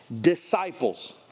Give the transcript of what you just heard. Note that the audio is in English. Disciples